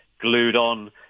glued-on